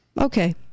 Okay